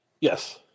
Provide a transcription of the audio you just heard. Yes